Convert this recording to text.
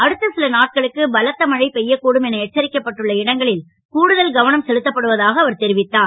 அடுத்த சில நாட்களுக்கு பலத்த மழை பெயயக் கூடும் என எச்சரிக்கப்பட்டுள்ள இடங்களில் கூடுதல் கவனம் செலுத்தப்படுவதாக அவர் தெரிவித்தார்